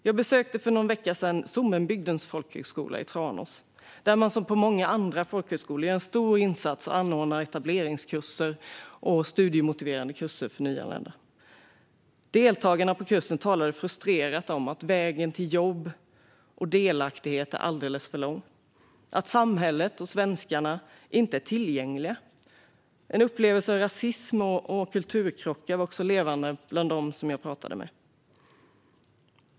Jag besökte för någon vecka sedan Sommenbygdens folkhögskola i Tranås, där man som på många andra folkhögskolor gör en stor insats och anordnar etableringskurser och studiemotiverande kurser för nyanlända. Deltagarna i kursen talade frustrerat om att vägen till jobb och delaktighet är alldeles för lång och att samhället och svenskarna inte är tillgängliga. Upplevelsen av rasism och kulturkrockar var också levande bland dem som jag pratade med.